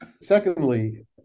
Secondly